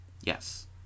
Yes